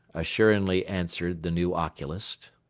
assuringly answered the new oculist.